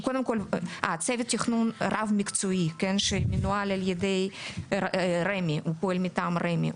יש צוות תכנון רב מקצועי, שמנוהל ופועל מטעם רמ"י.